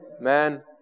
Man